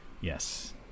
Yes